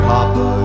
Papa